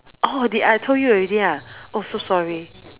oh did I told you already ah oh so sorry